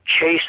chase